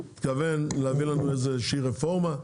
הוא מתכוון להביא לנו איזושהי רפורמה.